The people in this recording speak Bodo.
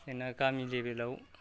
जोंना गामि लेभेलाव